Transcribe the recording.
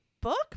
book